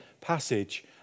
passage